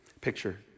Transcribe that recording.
picture